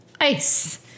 ice